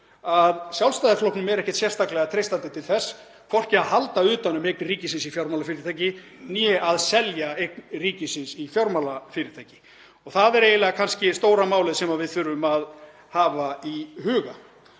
að Sjálfstæðisflokknum er ekkert sérstaklega treystandi til þess, hvorki að halda utan um eign ríkisins í fjármálafyrirtæki né að selja eign ríkisins í fjármálafyrirtæki. Það er kannski stóra málið sem við þurfum að hafa í huga.